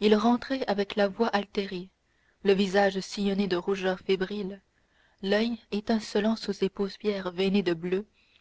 il rentrait avec la voix altérée le visage sillonné de rougeurs fébriles l'oeil étincelant sous des paupières veinées de bleu